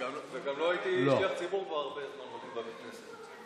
וגם לא הייתי שליח ציבור כבר הרבה זמן בבית כנסת.